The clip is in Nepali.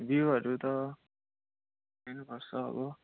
भ्यूहरू त हेर्नुपर्छ अब